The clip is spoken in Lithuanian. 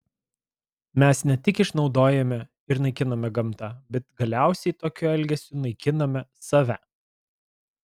mes ne tik išnaudojame ir naikiname gamtą bet galiausiai tokiu elgesiu naikiname save